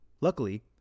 Luckily